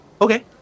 Okay